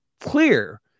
clear